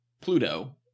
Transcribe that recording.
Pluto